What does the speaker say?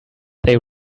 they